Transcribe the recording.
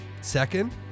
Second